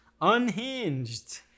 Unhinged